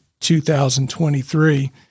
2023